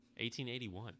1881